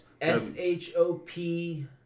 S-H-O-P